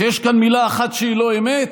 שיש כאן מילה אחת שהיא לא אמת?